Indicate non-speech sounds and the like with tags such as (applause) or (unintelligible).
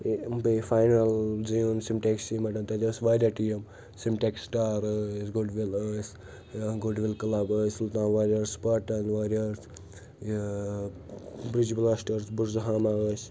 یہِ بیٚیہِ final zone سِمٹیک (unintelligible) تتہِ ٲسۍ واریاہ ٹیم سِمٹیک سٹار ٲسۍ گُڈوِل ٲسۍ ٲں گُڈوِل کٕلب ٲسۍ سُلطان ووریِر (unintelligible) یہِ (unintelligible) بُرزٕہامہ ٲسۍ